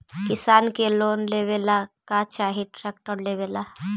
किसान के लोन लेबे ला का चाही ट्रैक्टर लेबे ला?